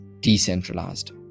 decentralized